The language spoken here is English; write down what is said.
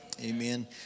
Amen